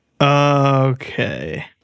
Okay